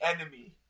enemy